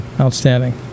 Outstanding